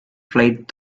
flight